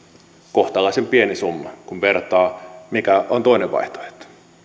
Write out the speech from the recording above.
kohtalaisen pieni summa kun vertaa mikä on toinen vaihtoehto